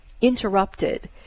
interrupted